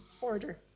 order